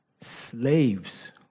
slaves